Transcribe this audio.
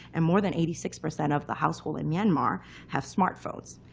and more than eighty six percent of the households in myanmar have smartphones.